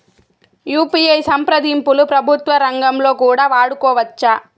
UPI సంప్రదింపులు ప్రభుత్వ రంగంలో కూడా వాడుకోవచ్చా?